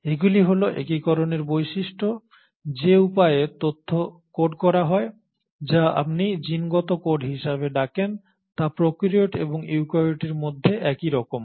এগুলি হল একীকরণের বৈশিষ্ট্য যে উপায়ে তথ্য কোড করা হয় যা আপনি জিনগত কোড হিসাবে ডাকেন তা প্রোক্যারিওট এবং ইউক্যারিওটের মধ্যে একইরকম